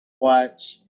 Watch